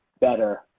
better